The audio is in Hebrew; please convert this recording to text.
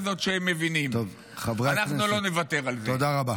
תודה רבה.